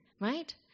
right